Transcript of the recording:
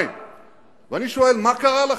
ואני שואל, מה קרה לכם?